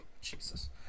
Jesus